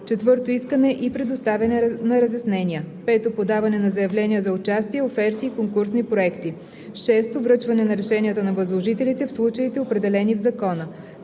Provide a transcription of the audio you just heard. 4. искане и предоставяне на разяснения; 5. подаване на заявления за участие, оферти и конкурсни проекти; 6. връчване на решенията на възложителите в случаите, определени в закона;